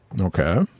Okay